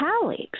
colleagues